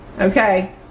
okay